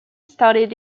started